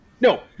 No